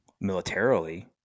militarily